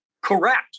Correct